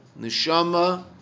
neshama